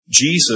Jesus